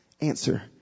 answer